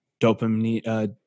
dopamine